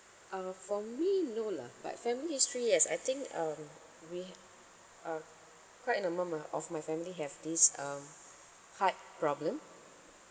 uh for me no lah but family history yes I think um we have uh quite an amount uh of my family have this um heart problem